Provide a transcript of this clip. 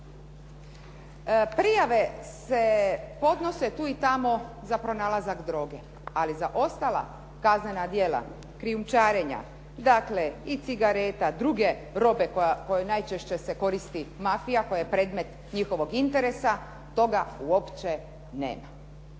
Prijave se podnose tu i tamo za pronalazak droge, ali za ostala kaznena djela krijumčarenja, dakle i cigareta, druge robe koju najčešće se koristi mafija koja je predmet njihovog interesa toga uopće nema.